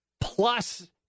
plus